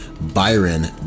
BYRON